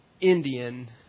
Indian